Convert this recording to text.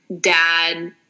dad